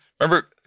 remember